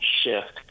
shift